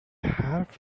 حرف